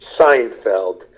Seinfeld